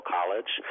College